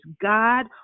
God